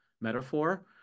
metaphor